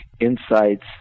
insights